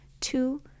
two